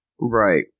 Right